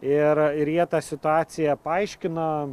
ir ir jie tą situaciją paaiškino